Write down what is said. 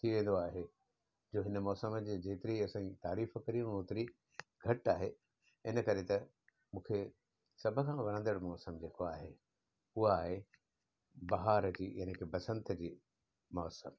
थी वेंदो आहे जो हिन मौसमु जे जेतिरी असांजी तारीफ़ करियूं होतिरी घटि आहे इनकरे त मूंखे सभु खां वणंदड़ु मौसमु जेको आहे उहो आहे बहार जी यानि बसंत जी मौसमु